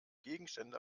gegenstände